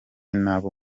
n’abo